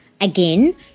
Again